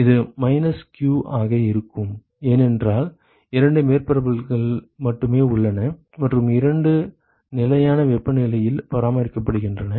இது minus q ஆக இருக்கும் ஏனென்றால் இரண்டு மேற்பரப்புகள் மட்டுமே உள்ளன மற்றும் இரண்டும் நிலையான வெப்பநிலையில் பராமரிக்கப்படுகின்றன